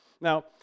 Now